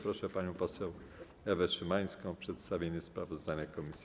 Proszę panią poseł Ewę Szymańską o przedstawienie sprawozdania komisji.